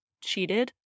cheated